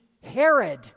Herod